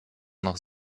noch